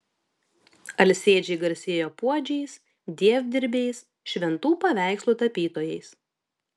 alsėdžiai garsėjo puodžiais dievdirbiais šventų paveikslų tapytojais